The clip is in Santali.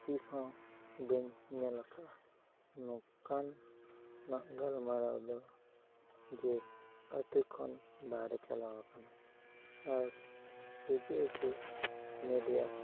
ᱛᱤᱥᱦᱚᱸ ᱵᱟᱹᱧ ᱧᱮᱞ ᱟᱠᱟᱫᱟ ᱱᱚᱝᱠᱟᱱ ᱱᱟᱜ ᱜᱟᱞᱢᱟᱨᱟᱣ ᱫᱚ ᱡᱮ ᱟᱹᱛᱩ ᱠᱷᱚᱱ ᱵᱟᱦᱨᱮ ᱪᱟᱞᱟᱣ ᱟᱠᱟᱱᱟ ᱟᱨ ᱦᱤᱡᱩᱜ ᱟᱠᱚ ᱢᱤᱰᱤᱭᱟ